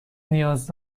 نیاز